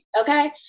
okay